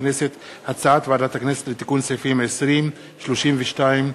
הצעת ועדת הכנסת לתיקון סעיפים 20, 32,